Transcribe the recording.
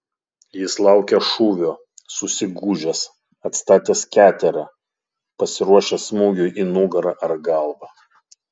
jis laukia šūvio susigūžęs atstatęs keterą pasiruošęs smūgiui į nugarą ar galvą